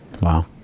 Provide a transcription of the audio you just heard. Wow